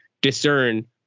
discern